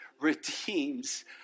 redeems